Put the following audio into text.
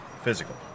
Physical